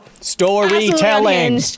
storytelling